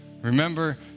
Remember